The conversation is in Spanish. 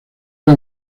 era